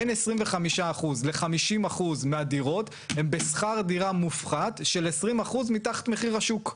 בין 25% ל-50% מהדירות הן בשכר דירה מופחת של 20% מתחת מחיר השוק.